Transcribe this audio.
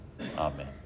amen